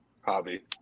hobby